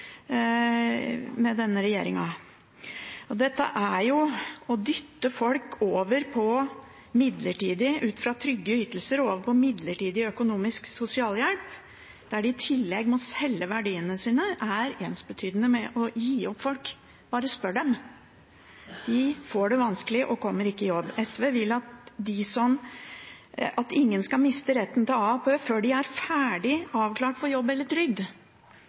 med denne regjeringen. Det å dytte folk ut fra trygge ytelser og over på midlertidig økonomisk sosialhjelp der de i tillegg må selge verdiene sine, er ensbetydende med å gi opp folk. Bare spør dem. De får det vanskelig og kommer ikke i jobb. SV vil at ingen skal miste retten til AAP før de er ferdig avklart for jobb eller trygd.